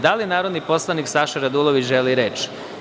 Da li narodni poslanik Saša Radulović želi reč?